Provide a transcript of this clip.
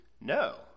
no